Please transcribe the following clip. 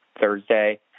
Thursday